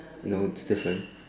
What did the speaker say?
no it's different